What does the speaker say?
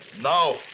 now